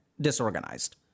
disorganized